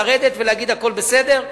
לרדת ולהגיד שהכול בסדר.